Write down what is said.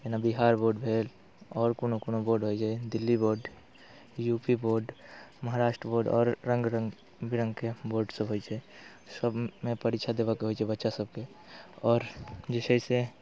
जेना बिहार बोर्ड भेल आओर कोनो कोनो बोर्ड होइत छै Delhi board U P board Maharashtra board आओर रङ्ग रङ्ग बिरङ्गके बोर्डसभ होइत छै सभमे परीक्षा देबयके होइ छै बच्चासभके आओर जे छै से